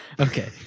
Okay